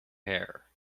hair